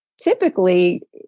typically